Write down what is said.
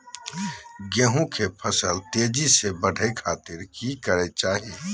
गेहूं के फसल तेजी से बढ़े खातिर की करके चाहि?